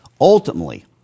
Ultimately